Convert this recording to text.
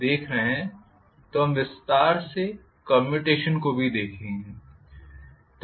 तो हम विस्तार से कम्यूटेशन को भी देखेंगे